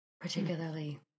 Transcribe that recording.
particularly